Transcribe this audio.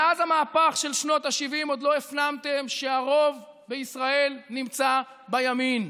מאז המהפך של שנות השבעים עוד לא הפנמתם שהרוב בישראל נמצא בימין,